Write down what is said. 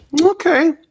Okay